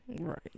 Right